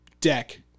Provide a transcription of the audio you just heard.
deck